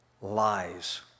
Lies